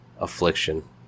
affliction